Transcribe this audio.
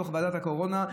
בתוך ועדת הקורונה,